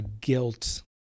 guilt